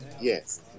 Yes